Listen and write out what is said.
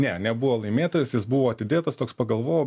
ne nebuvo laimėtojas jis buvo atidėtas toks pagalvojau